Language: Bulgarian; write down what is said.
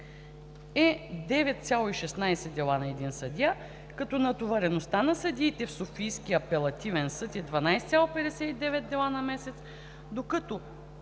е 9,16 дела на един съдия, като натовареността на съдиите в Софийския апелативен съд е 12,57 дела на месец, докато